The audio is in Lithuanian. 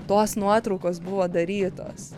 tos nuotraukos buvo darytos